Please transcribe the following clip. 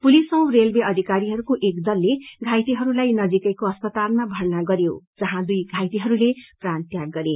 police औ railway अधिकारीहरूको एक दलले घाइतेहरूलाई नजीकैको अस्पतालमा भर्ना गर्यो जहाँ दुई घाईतेहरूले प्राण त्याग गरे